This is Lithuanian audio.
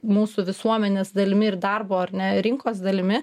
mūsų visuomenės dalimi ir darbo ar ne rinkos dalimi